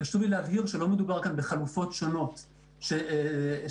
חשוב לי להבהיר שלא מדובר פה בחלופות שונות של או-או,